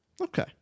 Okay